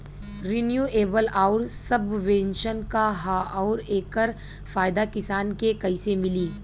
Renewable आउर subvention का ह आउर एकर फायदा किसान के कइसे मिली?